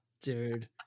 dude